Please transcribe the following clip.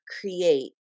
create